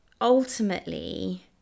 ultimately